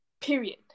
Period